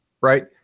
right